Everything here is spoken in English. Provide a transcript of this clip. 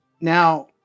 Now